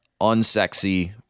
unsexy